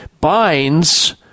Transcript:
binds